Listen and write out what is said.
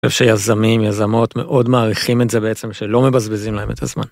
יש יזמים, יזמות מאוד מעריכים את זה בעצם, שלא מבזבזים להם את הזמן.